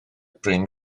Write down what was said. bryn